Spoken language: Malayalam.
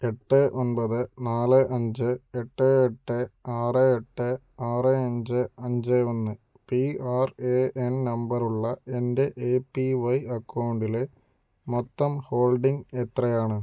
എട്ട് ഒമ്പത് നാല് അഞ്ച് എട്ട് എട്ട് ആറ് എട്ട് ആറ് അഞ്ച് അഞ്ച് ഒന്ന് പി ആർ എ എൻ നമ്പറുള്ള എൻ്റെ എ പി വൈ അക്കൗണ്ടിലെ മൊത്തം ഹോൾഡിംഗ് എത്രയാണ്